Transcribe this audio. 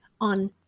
on